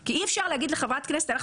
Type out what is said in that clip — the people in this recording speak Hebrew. כי אי-אפשר להגיד לחברת כנסת: אנחנו